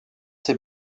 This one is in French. ses